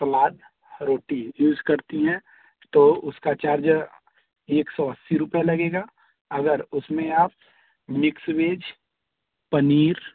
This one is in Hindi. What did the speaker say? सलाद रोटी यूज़ करती हैं तो उसका चार्ज एक सौ अस्सी रुपये लगेगा अगर उसमें आप मिक्स वेज पनीर